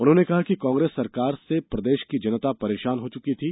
उन्होंने कहा कि कांग्रेस सरकार से प्रदेश की जनता परेशान हो चुकी थी